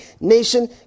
nation